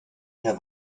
hier